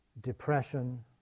depression